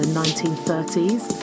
1930s